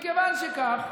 מכיוון שכך,